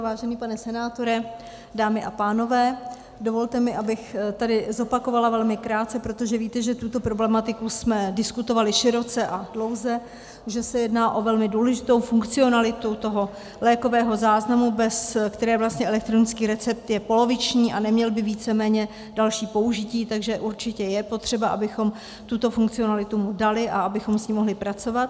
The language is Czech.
Vážený pane senátore, dámy a pánové, dovolte mi, abych tedy zopakovala velmi krátce, protože víte, že tuto problematiku jsme diskutovali široce a dlouze, že se jedná o velmi důležitou funkcionalitu toho lékového záznamu, bez kterého vlastně je elektronický recept poloviční a neměl by víceméně další použití, takže určitě je potřeba, abychom mu tuto funkcionalitu dali a abychom s ním mohli pracovat.